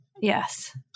yes